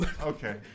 Okay